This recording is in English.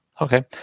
Okay